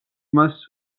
მას